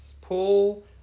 paul